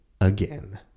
again